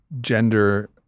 gender